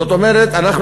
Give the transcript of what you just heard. זאת אומרת אנחנו,